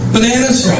Bananas